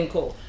Cool